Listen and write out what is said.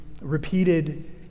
repeated